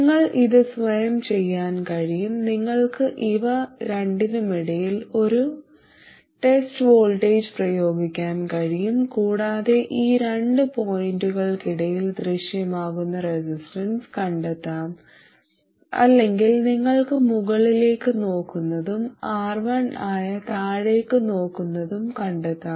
നിങ്ങൾക്ക് ഇത് സ്വയം ചെയ്യാൻ കഴിയും നിങ്ങൾക്ക് ഇവ രണ്ടിനുമിടയിൽ ഒരു ടെസ്റ്റ് വോൾട്ടേജ് പ്രയോഗിക്കാൻ കഴിയും കൂടാതെ ഈ രണ്ട് പോയിന്റുകൾക്കിടയിൽ ദൃശ്യമാകുന്ന റെസിസ്റ്റൻസ് കണ്ടെത്താം അല്ലെങ്കിൽ നിങ്ങൾക്ക് മുകളിലേക്ക് നോക്കുന്നതും R1 ആയ താഴേക്ക് നോക്കുന്നതും കണ്ടെത്താം